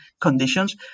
conditions